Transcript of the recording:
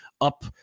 up